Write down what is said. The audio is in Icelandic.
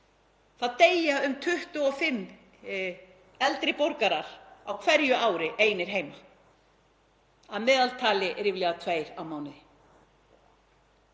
Það deyja um 25 eldri borgarar á hverju ári einir heima. Að meðaltali ríflega tveir á mánuði,